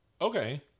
Okay